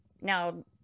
Now